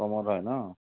কমত হয় ন